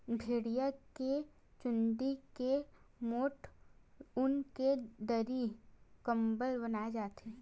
भेड़िया के चूंदी के मोठ ऊन के दरी, कंबल बनाए जाथे